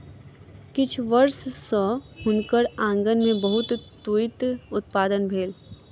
किछ वर्ष सॅ हुनकर आँगन में बहुत तूईत उत्पादन भेल